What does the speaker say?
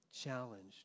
challenged